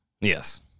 Yes